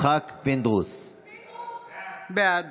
בעד